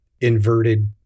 inverted